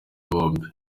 bombi